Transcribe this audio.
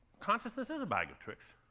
consciousness is a bag of tricks.